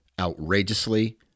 outrageously